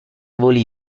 voli